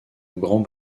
grand